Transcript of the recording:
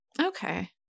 Okay